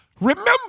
remember